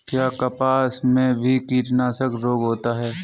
क्या कपास में भी कीटनाशक रोग होता है?